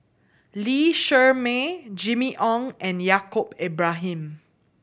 Lee Shermay Jimmy Ong and Yaacob Ibrahim